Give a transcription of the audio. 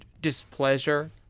displeasure